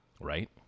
Right